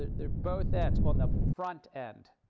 they're both ends on the front end.